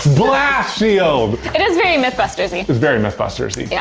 blast shield. it is very mythbustersy. it's very mythbustersy. yeah.